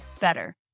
better